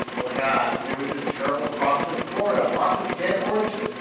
oh, my god, there was this terrible frost in florida, lots of dead oranges.